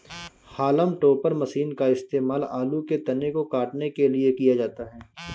haulm topper machine का इस्तेमाल आलू के तने को काटने के लिए किया जाता है